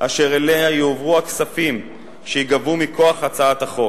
אשר אליה יועברו הכספים שייגבו מכוח הצעת החוק.